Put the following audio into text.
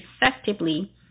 effectively